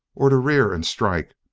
or to rear and strike,